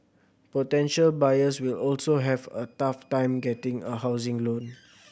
potential buyers will also have a tough time getting a housing loan